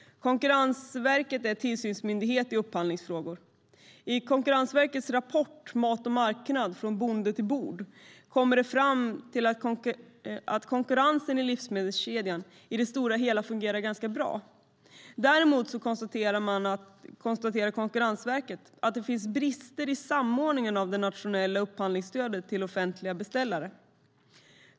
Konkurrensverket är tillsynsmyndighet i upphandlingsfrågor. I Konkurrensverkets rapport Mat och marknad - från bonde till bord kommer man fram till att konkurrensen i livsmedelskedjan i det stora hela fungerar ganska bra. Däremot konstaterar Konkurrensverket att det finns brister i samordningen av det nationella upphandlingsstödet till offentliga beställare.